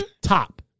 top